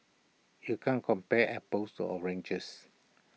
you can't compare apples to oranges